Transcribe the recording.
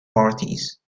parties